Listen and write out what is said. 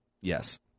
Yes